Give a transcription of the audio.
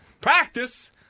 Practice